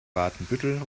watenbüttel